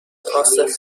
عاصف